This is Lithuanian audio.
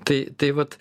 tai tai vat